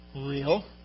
real